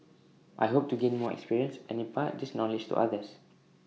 I hope to gain more experience and impart this knowledge to others